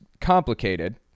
complicated